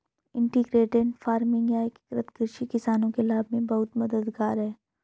integrated farming या एकीकृत कृषि किसानों के लाभ में बहुत मददगार है